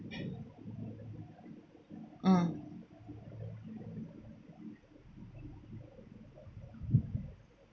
mm